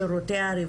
השינויים בנהלים,